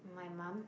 my mum